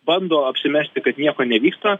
bando apsimesti kad nieko nevyksta